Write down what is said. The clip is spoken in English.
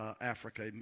Africa